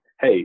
hey